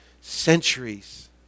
centuries